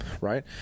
right